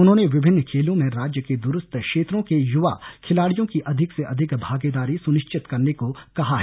उन्होंने विभिन्न खेलों में राज्य के द्रस्थ क्षेत्रों के युवा खिलाड़ियों की अधिक से अधिक भागेदारी सुनिश्चित करने को कहा है